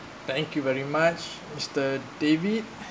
thank you very much mister david